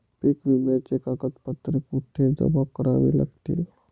पीक विम्याची कागदपत्रे कुठे जमा करावी लागतील?